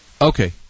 Okay